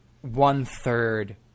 one-third